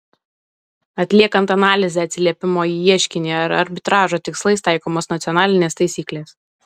atliekant analizę atsiliepimo į ieškinį ar arbitražo tikslais taikomos nacionalinės taisyklės